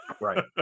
right